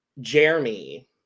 jeremy